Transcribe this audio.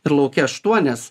ir lauke aštuonias